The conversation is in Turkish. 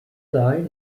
dahil